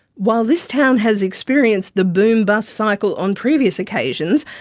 while this town has experienced the boom bust cycle on previous occasions,